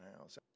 House